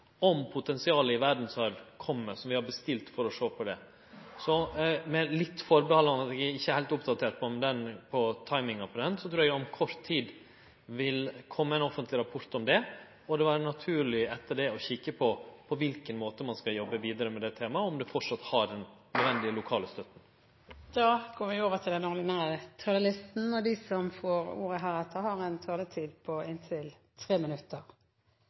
om verdsarven – og potensialet der – kjem. Så med litt atterhald: Eg er ikkje heilt oppdatert på timinga, men eg trur eg at det om kort tid vil kome ein offentleg rapport om dette. Då er det etter det naturleg å kike på kva for måtar ein skal jobbe vidare med det temaet på, og om det framleis har den naudsynte lokale støtta. Replikkordskiftet er omme. De talere som heretter får ordet, har en taletid på inntil